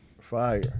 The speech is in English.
Fire